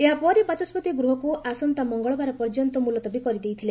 ଏହାପରେ ବାଚସ୍କତି ଗୃହକୁ ଆସନ୍ତା ମଙ୍ଗଳବାର ପର୍ଯ୍ୟନ୍ତ ମୁଲତବୀ କରିଦେଇଥିଲେ